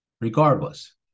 Regardless